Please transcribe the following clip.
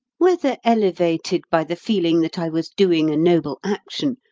whether elevated by the feeling that i was doing a noble action,